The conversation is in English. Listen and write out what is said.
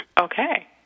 Okay